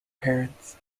parents